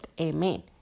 Amen